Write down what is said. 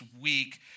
week